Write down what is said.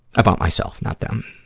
about myself, not them.